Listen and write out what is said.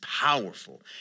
powerful